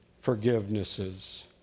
forgivenesses